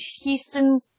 Houston